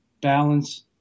balance